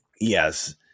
yes